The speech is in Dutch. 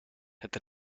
het